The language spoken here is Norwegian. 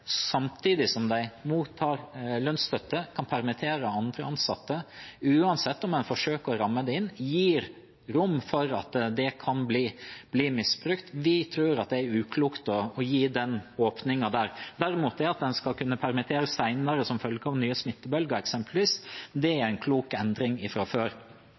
samtidig som de mottar lønnsstøtte, kan permittere andre ansatte, uansett om en forsøker å ramme det inn, gir rom for at det kan bli misbrukt. Vi tror at det er uklokt å gi den åpningen. Derimot er det at en skal kunne permittere senere som følge av nye smittebølger eksempelvis, en klok endring ifra før.